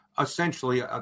essentially